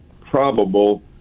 probable